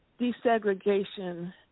desegregation